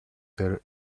their